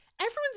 Everyone's